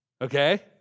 Okay